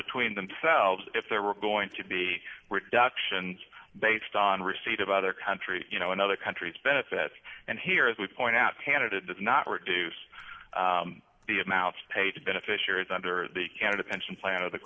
between themselves if there were going to be reductions based on receipt of other countries you know in other countries benefits and here as we point out canada does not reduce the amounts paid to beneficiaries under the canada pension plan or the